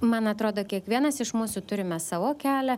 man atrodo kiekvienas iš mūsų turime savo kelią